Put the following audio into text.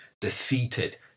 defeated